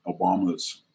Obamas